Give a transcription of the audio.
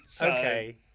Okay